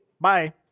bye